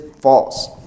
false